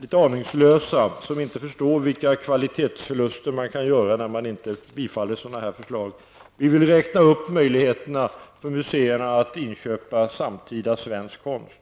litet aningslösa, eftersom de inte förstår vilka kvalitetsförluster man kan göra genom att inte bifalla sådana här förslag. Vi vill utöka möjligheterna för museerna att köpa in samtida svensk konst.